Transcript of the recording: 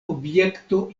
objekto